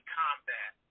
combat